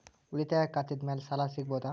ಉಳಿತಾಯ ಖಾತೆದ ಮ್ಯಾಲೆ ಸಾಲ ಸಿಗಬಹುದಾ?